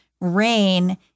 rain